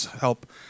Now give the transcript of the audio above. help